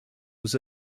was